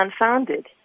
unfounded